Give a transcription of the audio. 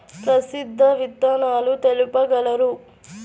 ప్రసిద్ధ విత్తనాలు తెలుపగలరు?